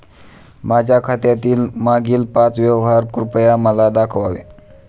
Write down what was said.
माझ्या खात्यातील मागील पाच व्यवहार कृपया मला दाखवावे